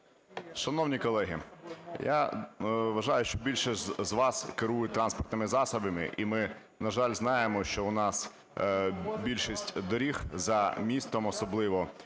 Шановні колеги, я вважаю, що більшість з вас керує транспортними засобами. І ми, на жаль, знаємо, що у нас більшість доріг, за містом особливо,